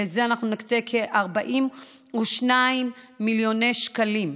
לזה אנחנו נקצה כ-42 מיליוני שקלים.